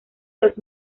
los